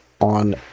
on